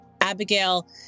abigail